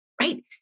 right